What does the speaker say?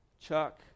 Chuck